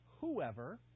whoever